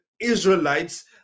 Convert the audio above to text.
Israelites